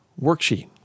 worksheet